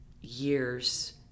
years